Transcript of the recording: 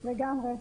לגמרי.